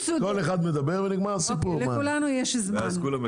אחת הבעיות המרכזיות ואל תעלבי, זה לא בא